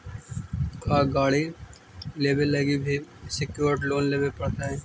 का गाड़ी लेबे लागी भी सेक्योर्ड लोन लेबे पड़तई?